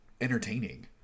entertaining